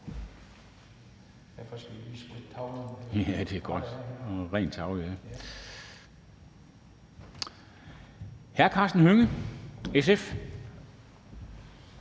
hr. Karsten Hønge, SF.